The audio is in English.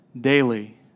daily